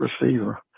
receiver